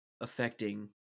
affecting